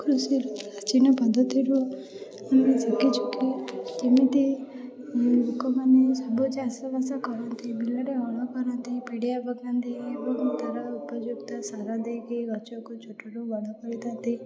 କୃଷିରୁ ପ୍ରାଚୀନ ପଦ୍ଧତିରୁ ଆମେ ଯୁଗେ ଯୁଗେ କେମିତି ଲୋକମାନେ ସବୁ ଚାଷବାସ କରନ୍ତି ବିଲରେ ହଳ କରନ୍ତି ପିଡ଼ିଆ ପକାନ୍ତି ଏବଂ ତା'ର ଉପଯୁକ୍ତ ସାର ଦେଇକି ଗଛକୁ ଛୋଟରୁ ବଡ଼ କରିଥାନ୍ତି